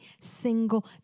single